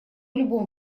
любом